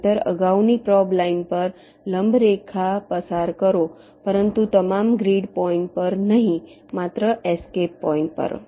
નહિંતર અગાઉની probe line પર લંબ રેખા પસાર કરો પરંતુ તમામ ગ્રીડ પોઈન્ટ પર નહીં માત્ર એસ્કેપ પોઈન્ટ પર